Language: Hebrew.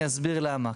ואני אסביר למה.